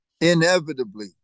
Inevitably